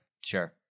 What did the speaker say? Sure